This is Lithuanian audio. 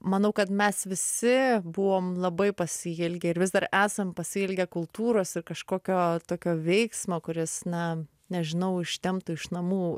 manau kad mes visi buvom labai pasiilgę ir vis dar esam pasiilgę kultūros ir kažkokio tokio veiksmo kuris na nežinau ištemptų iš namų